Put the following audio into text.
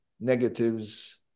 negatives